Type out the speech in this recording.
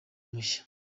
mushya